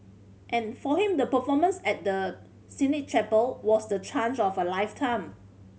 and for him the performance at the Sistine Chapel was the change of a lifetime